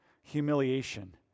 humiliation